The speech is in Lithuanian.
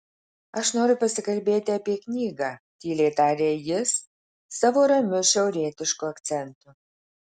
aš noriu pasikalbėti apie knygą tyliai taria jis savo ramiu šiaurietišku akcentu